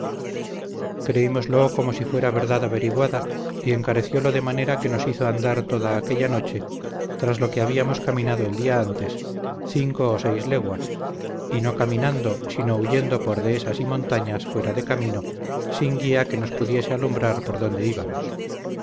bastaba creímoslo como si fuera verdad averiguada y encareciólo de manera que nos hizo andar toda aquella noche tras lo que habíamos caminado el día antes cinco o seis leguas y no caminando sino huyendo por dehesas y montañas fuera de camino sin guía que nos pudiese alumbrar por donde íbamos